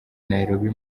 nairobi